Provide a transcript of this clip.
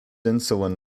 insulin